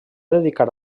dedicar